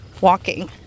walking